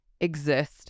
exist